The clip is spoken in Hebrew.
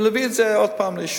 ולהביא את זה עוד פעם לאישורים.